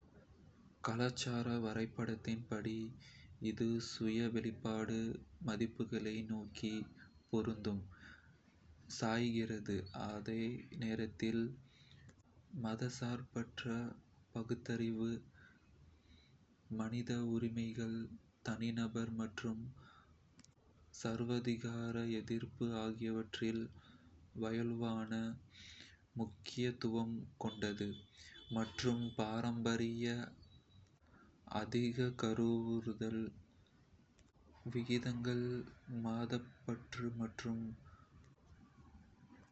Inglehart-Welzel கலாச்சார வரைபடத்தின்படி, இது "சுய-வெளிப்பாடு மதிப்புகளை" நோக்கி பெரிதும் சாய்கிறது, அதே நேரத்தில் "மதச்சார்பற்ற-பகுத்தறிவு மனித உரிமைகள், தனிநபர் மற்றும் சர்வாதிகார எதிர்ப்பு ஆகியவற்றில் வலுவான முக்கியத்துவம் கொண் மற்றும் பாரம்பரிய அதிக கருவுறுதல் விகிதங்கள், மதப்பற்று மற்றும் தேசபக்தியுடன்...